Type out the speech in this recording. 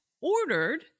ordered